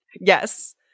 Yes